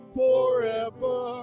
forever